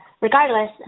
Regardless